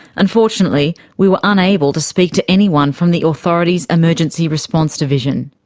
unfortunately we were unable to speak to anyone from the authority's emergency response division.